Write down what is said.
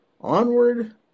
Onward